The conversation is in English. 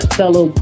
fellow